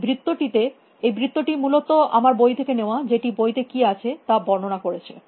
এই বৃত্তটি তে এই বৃত্তটি মূলত আমার বই থেকে নেওয়া যেটি বইতে কী আছে তা বর্ণনা করছে